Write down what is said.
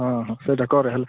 ସେଇଟା କର ହେଲ୍ପ